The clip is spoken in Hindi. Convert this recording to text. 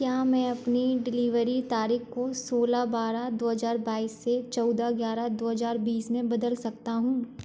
क्या मैं अपनी डिलीवरी तारीख को सोलह बारह दो हजार बाईस से चौदह ग्यारह दो हज़ार बीस में बदल सकता हूँ